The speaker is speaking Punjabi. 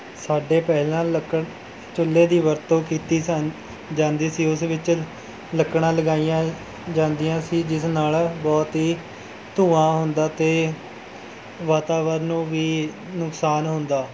ਸਾਡੇ ਪਹਿਲਾਂ ਲੱਕੜ ਚੁੱਲ੍ਹੇ ਦੀ ਵਰਤੋਂ ਕੀਤੀ ਸਨ ਜਾਂਦੀ ਸੀ ਉਸ ਵਿੱਚ ਲੱਕੜਾਂ ਲਗਾਈਆਂ ਜਾਂਦੀਆਂ ਸੀ ਜਿਸ ਨਾਲ ਬਹੁਤ ਹੀ ਧੂਆਂ ਹੁੰਦਾ ਅਤੇ ਵਾਤਾਵਰਨ ਨੂੰ ਵੀ ਨੁਕਸਾਨ ਹੁੰਦਾ